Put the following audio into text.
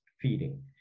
feeding